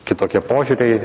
kitokie požiūriai